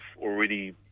already